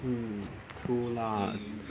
mm true lah